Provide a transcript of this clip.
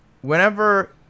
whenever